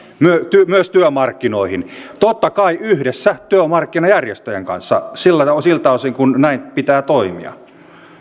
myös myös työmarkkinoihin totta kai yhdessä työmarkkinajärjestöjen kanssa siltä osin kuin näin pitää toimia